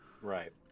Right